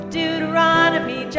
Deuteronomy